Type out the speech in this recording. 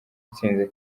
itsinze